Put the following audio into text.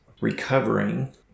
recovering